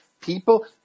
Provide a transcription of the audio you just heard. People